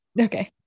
okay